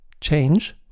Change